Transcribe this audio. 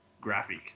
graphic